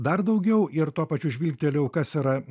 dar daugiau ir tuo pačiu žvilgtelėjau kas yra